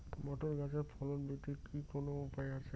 Motor গাছের ফলন বৃদ্ধির কি কোনো উপায় আছে?